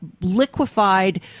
liquefied